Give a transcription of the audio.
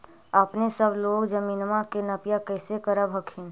अपने सब लोग जमीनमा के नपीया कैसे करब हखिन?